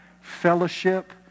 fellowship